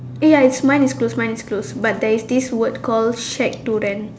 eh ya is mine is close mine is close but there's this word called shared to rent